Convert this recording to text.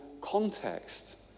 context